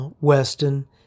Weston